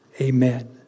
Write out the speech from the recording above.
Amen